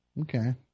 Okay